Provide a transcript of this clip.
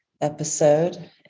episode